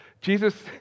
Jesus